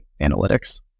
analytics